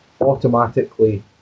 automatically